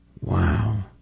Wow